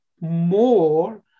more